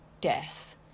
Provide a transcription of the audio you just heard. death